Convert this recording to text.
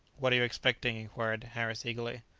what are you expecting? inquired harris eagerly.